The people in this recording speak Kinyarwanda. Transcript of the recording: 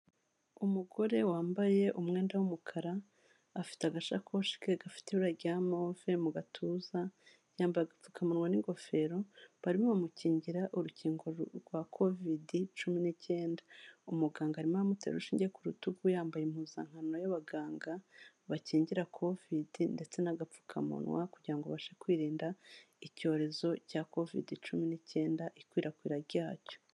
Umugore wambaye umwenda w'umukara afite agasakoshi ke gafite ibira rya movee mu gatuza , yambaye agapfukamunwa n'ingofero bari bamukingira urukingo rwa covid cumi n'icyenda. Umuganga arimo aramutera urushinge ku rutugu yambaye impuzankano y'abaganga bakingira cofide ndetse n'agapfukamunwa ,kugira ngo abashe kwirinda icyorezo cya covid cumi n'icyenda ikwirakwira ryacyo.